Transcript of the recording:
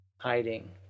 hiding